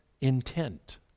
intent